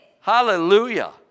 Hallelujah